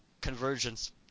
Convergence